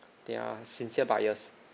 they're sincere buyers